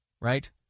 right